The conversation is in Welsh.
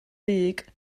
dug